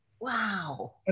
Wow